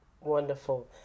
Wonderful